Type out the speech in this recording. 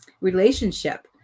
relationship